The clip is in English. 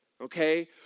okay